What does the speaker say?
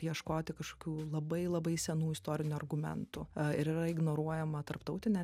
ieškoti kažkokių labai labai senų istorinių argumentų ir yra ignoruojama tarptautinė